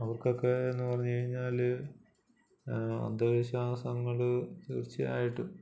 അവർക്കൊക്കെ എന്നു പറഞ്ഞു കഴിഞ്ഞാൽ അന്ധവിശ്വാസങ്ങൾ തീർച്ചയായിട്ടും